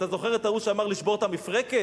אתה זוכר את ההוא שאמר "לשבור את המפרקת"?